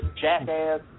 jackass